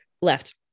Left